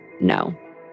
No